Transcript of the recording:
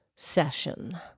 Session